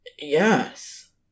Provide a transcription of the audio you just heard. Yes